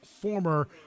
former